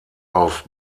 auf